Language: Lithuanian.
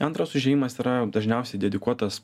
antras užėjimas yra dažniausiai dedikuotas